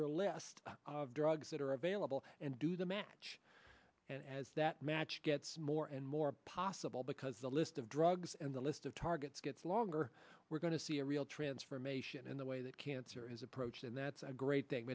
your list of drugs that are available and do the match and as that match gets more and more possible because the list of drugs and the list of targets gets longer we're going to see a real transformation in the way that cancer is approached and that's a great thing